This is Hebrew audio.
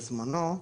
בזמנו,